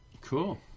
cool